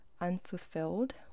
unfulfilled